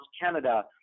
Canada